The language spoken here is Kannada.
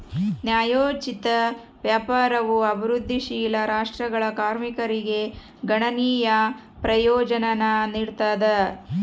ನ್ಯಾಯೋಚಿತ ವ್ಯಾಪಾರವು ಅಭಿವೃದ್ಧಿಶೀಲ ರಾಷ್ಟ್ರಗಳ ಕಾರ್ಮಿಕರಿಗೆ ಗಣನೀಯ ಪ್ರಯೋಜನಾನ ನೀಡ್ತದ